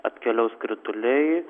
atkeliaus krituliai